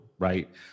right